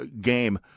game